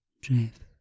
drift